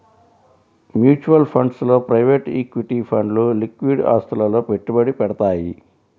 mutual funds లో private equity ఫండ్లు liquid ఆస్తులలో పెట్టుబడి పెడతయ్యి